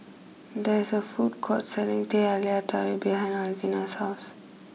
there is a food court selling Teh Halia Tarik behind Alvina's house